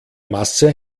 masse